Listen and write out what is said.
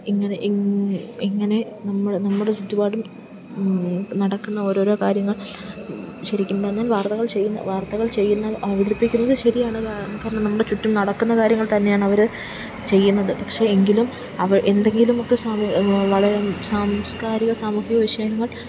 ഇങ്ങനെ ഇങ്ങ് ഇങ്ങനെ നമ്മൾ നമ്മുടെ ചുറ്റുപാടും നടക്കുന്ന ഓരോരോ കാര്യങ്ങൾ ശരിക്കും പറഞ്ഞാല് വാർത്തകൾ ചെയ്യുന്ന വാർത്തകൾ ചെയ്യുന്നവ അവതരിപ്പിക്കുന്നത് ശരിയാണ് കാരണം നമ്മുടെ ചുറ്റും നടക്കുന്ന കാര്യങ്ങൾ തന്നെയാണ് അവർ ചെയ്യുന്നത് പക്ഷെ എങ്കിലും എന്തെങ്കിലുമൊക്കെ സാമ്യം വളരെ സാംസ്കാരിക സാമൂഹിക വിഷയങ്ങൾ